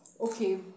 okay